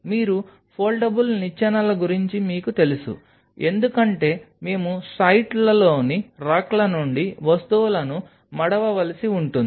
మీరు ఫోల్డబుల్ నిచ్చెనల గురించి మీకు తెలుసు ఎందుకంటే మేము సైట్లలోని రాక్ల నుండి వస్తువులను మడవవలసి ఉంటుంది